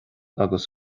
agus